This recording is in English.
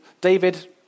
David